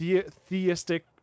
theistic